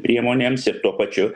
priemonėms ir tuo pačiu